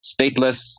stateless